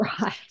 Right